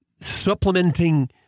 supplementing